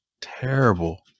terrible